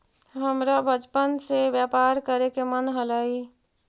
हमरा बचपने से व्यापार करे के मन हलई